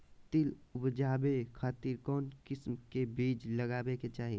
तिल उबजाबे खातिर कौन किस्म के बीज लगावे के चाही?